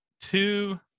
two